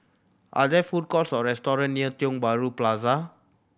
are there food courts or restaurant near Tiong Bahru Plaza